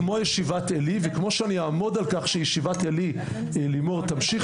כמו ישיבת עלי וכמו שאני אעמוד על כך שישיבת עלי לימור תמשיך